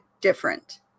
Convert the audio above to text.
different